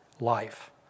life